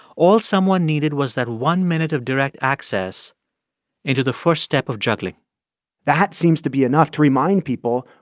all someone needed was that one minute of direct access into the first step of juggling that seems to be enough to remind people,